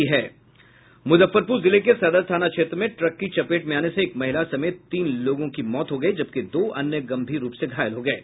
मुजफ्फरपुर जिले के सदर थाना क्षेत्र में ट्रक की चपेट में आने से एक महिला समेत तीन लोगों की मौत हो गयी जबकि दो अन्य गंभीर रूप से घायल हो गये